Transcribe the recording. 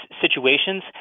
situations